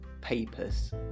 papers